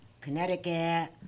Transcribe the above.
Connecticut